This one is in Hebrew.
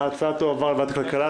ההצעה תועבר לוועדת הכלכלה.